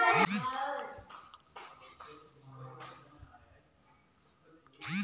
वित्तीय बाजार में आर्थिक अउरी वित्तीय मॉडल के सिद्धांत पअ भी बातचीत कईल जाला